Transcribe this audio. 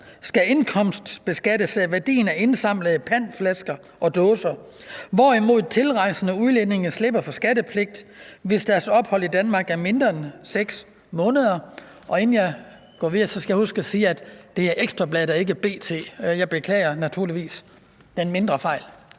skal indkomstbeskattes af værdien af indsamlede pantflasker og dåser, hvorimod tilrejsende udlændinge slipper for skattepligt, hvis deres ophold i Danmark er mindre end 6 måneder? Inden jeg går videre, skal jeg huske at sige, at det er Ekstra Bladet og ikke B.T. Jeg beklager naturligvis den mindre fejl.